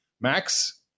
Max